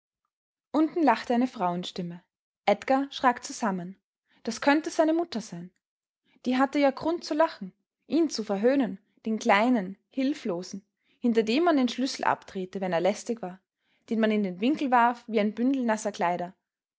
unten lachte eine frauenstimme edgar schrak zusammen das könnte seine mutter sein die hatte ja grund zu lachen ihn zu verhöhnen den kleinen hilflosen hinter dem man den schlüssel abdrehte wenn er lästig war den man in den winkel warf wie ein bündel nasser kleider